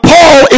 Paul